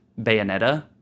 Bayonetta